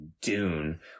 Dune